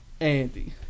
Andy